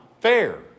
fair